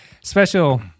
Special